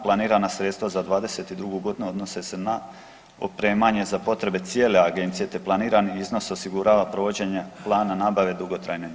Planirana sredstva za '22. g. odnose se na opremanje za potrebe cijele Agencije te planirani iznos osigurava provođenje plan nabave dugotrajne imovine.